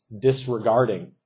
disregarding